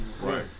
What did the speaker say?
Right